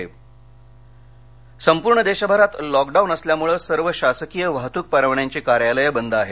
वाहनपरवाने संपूर्ण देशभरात लॉकडाऊन असल्यामुळं सर्व शासकीय वाहतूक परवान्यांची कार्यालयं बंद आहेत